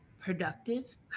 productive